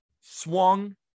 swung